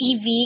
EV